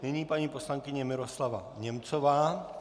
Nyní paní poslankyně Miroslava Němcová.